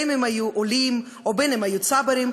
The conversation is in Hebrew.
אם עולים ואם צברים,